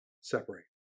separate